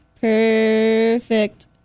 perfect